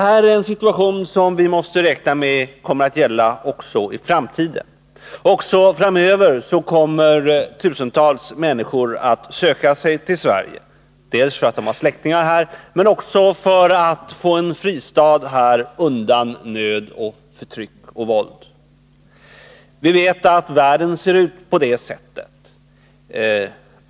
Vi måste räkna med att denna situation kommer att råda också i framtiden. Tusentals människor kommer även framöver att söka sig till Sverige — dels för att de har släktingar här, dels för att de behöver en fristad här undan nöd, förtryck och våld. Vi vet att världen ser ut på det sättet.